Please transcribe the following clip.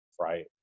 right